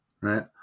right